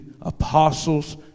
apostles